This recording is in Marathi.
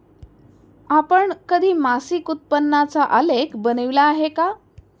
आपण कधी मासिक उत्पन्नाचा आलेख बनविला आहे का?